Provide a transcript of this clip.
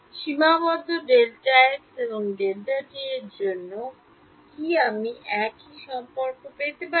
সীমাবদ্ধ Δx এবং Δt এর জন্য কি আমি একই সম্পর্ক পেতে পারি